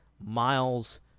miles